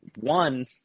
One